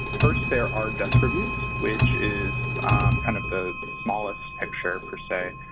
first there are desk reviews, which is kind of the smallest picture, per se.